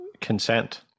consent